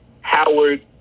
Howard